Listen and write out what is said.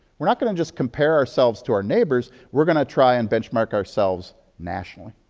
we're not going to just compare ourselves to our neighbors, we're going to try and benchmark ourselves nationally.